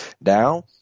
Now